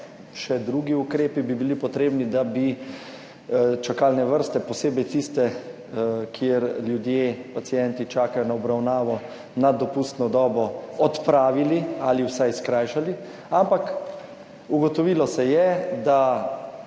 še drugi ukrepi bi bili potrebni, da bi čakalne vrste, posebej tiste, kjer ljudje, pacienti čakajo na obravnavo nad dopustno dobo, odpravili ali vsaj skrajšali, ampak ugotovilo se je, da